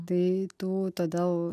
tai tų todėl